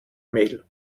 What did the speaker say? mail